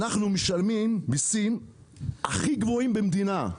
אנחנו משלמים מיסים הכי גבוהים במדינה.